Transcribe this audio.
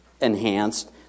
enhanced